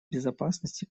безопасности